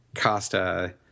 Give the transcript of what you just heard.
Costa